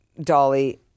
Dolly